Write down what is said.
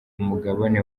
umugabane